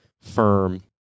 firm